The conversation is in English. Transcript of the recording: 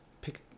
pick